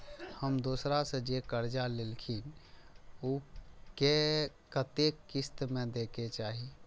हम दोसरा से जे कर्जा लेलखिन वे के कतेक किस्त में दे के चाही?